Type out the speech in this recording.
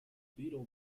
beetle